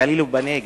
בגליל ובנגב,